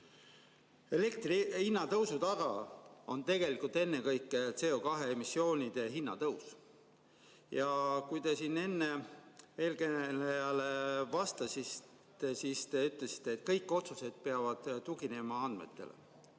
vahel. Elektri hinna tõusu taga on tegelikult ennekõike CO2emissioonide tasu kasv. Kui te siin enne eelkõnelejale vastasite, siis te ütlesite, et kõik otsused peavad tuginema andmetele.